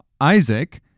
Isaac